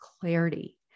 clarity